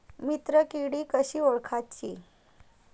मित्र किडी कशी ओळखाची?